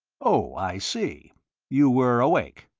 oh, i see you were awake?